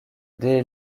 dès